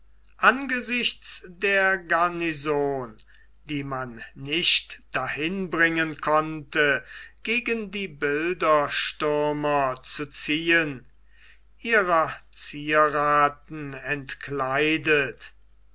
angesichts der garnison die man nicht dahin bringen konnte gegen die bilderstürmer zu ziehen ihrer zierrathen entkleidet